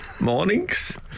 mornings